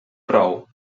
prou